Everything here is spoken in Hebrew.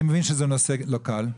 אני מבין שזה נושא לא קל,